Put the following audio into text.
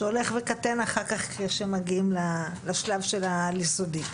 שהולך וקטן אחר כך כשמגיעים לשלב של העל-יסודי.